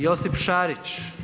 Josip Šarić.